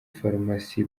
farumasi